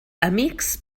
amics